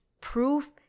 proof